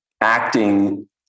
acting